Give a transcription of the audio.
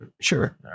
Sure